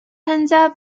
参加